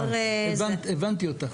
הבנתי אותך.